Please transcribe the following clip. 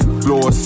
floor